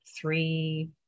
three